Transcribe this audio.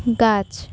গাছ